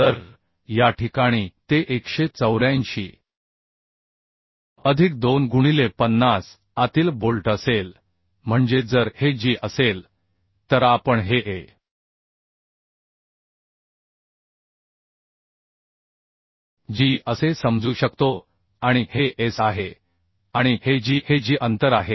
तर या ठिकाणी ते 184 अधिक 2 गुणिले 50 आतील बोल्ट असेल म्हणजे जर हे g असेल तर आपण हे a g असे समजू शकतो आणि हे S आहे आणि हे g हे g अंतर आहे